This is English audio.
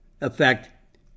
effect